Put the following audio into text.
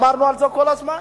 אמרנו את זה כל הזמן.